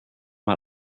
mal